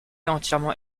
entièrement